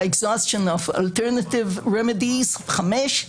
exhaustion of alternative remedies; חמש,